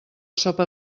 sopa